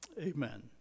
Amen